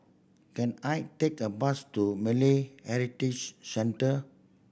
can I take a bus to Malay Heritage Centre